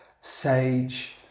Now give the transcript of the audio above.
sage